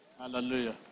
Hallelujah